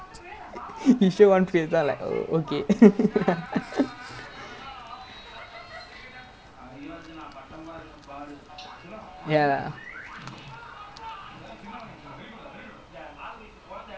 ya fuck it lah I mean ya lah எவ்ளோ பேரு இருக்கோம்:evlo paeru irukkom I mean even sometimes அவ கேப்பா:ava kaeppaa I mean sometime you can pass it I mean as long as the person see got more than one option then you don't have to pass to him [what] lah